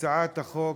בהצעת החוק,